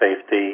safety